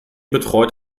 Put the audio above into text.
betreut